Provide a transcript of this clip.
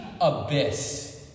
abyss